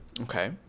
okay